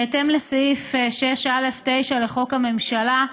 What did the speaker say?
בהתאם לסעיף 9(א)(6) לחוק הממשלה,